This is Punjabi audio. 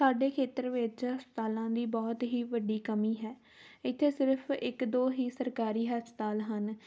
ਸਾਡੇ ਖੇਤਰ ਵਿੱਚ ਹਸਪਤਾਲਾਂ ਦੀ ਬਹੁਤ ਹੀ ਵੱਡੀ ਕਮੀ ਹੈ ਇੱਥੇ ਸਿਰਫ ਇੱਕ ਦੋ ਹੀ ਸਰਕਾਰੀ ਹਸਪਤਾਲ ਹਨ